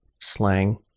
slang